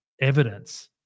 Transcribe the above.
evidence